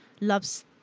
loves